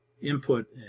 input